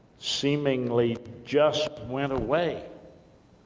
seemingly just went away,